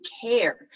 care